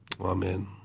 Amen